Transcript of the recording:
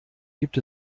gibt